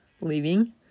leaving